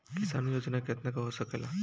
किसान योजना कितना के हो सकेला?